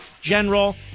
general